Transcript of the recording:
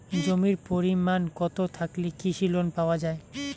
জমির পরিমাণ কতো থাকলে কৃষি লোন পাওয়া যাবে?